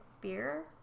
beer